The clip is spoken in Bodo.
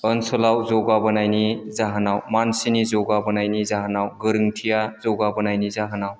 ओनसोलाव जौगाबोनायनि जाहोनाव मानसिनि जौगाबोनायनि जाहोनाव गोरोनथिया जौगाबोनायनि जाहोनाव